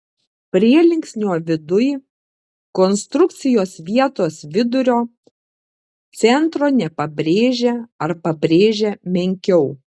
prielinksnio viduj konstrukcijos vietos vidurio centro nepabrėžia ar pabrėžia menkiau